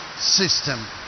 system